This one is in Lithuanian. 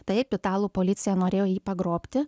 taip italų policija norėjo jį pagrobti